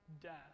death